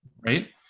Right